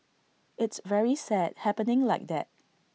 it's very sad happening like that